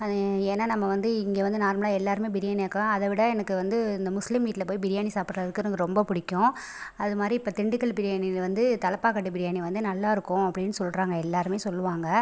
அது ஏன்னால் நம்ம வந்து இங்கே வந்து நார்மலாக எல்லாருமே பிரியாணி ஆக்குவோம் அதைவிட எனக்கு வந்து இந்த முஸ்லீம் வீட்டில் போய் பிரியாணி சாப்புடுறதுக்கு எனக்கு ரொம்ப பிடிக்கும் அதுமாதிரி இப்போ திண்டுக்கல் பிரியாணியில் வந்து தலப்பாக்கட்டு பிரியாணி வந்து நல்லாருக்கும் அப்படின்னு சொல்கிறாங்க எல்லாருமே சொல்லுவாங்க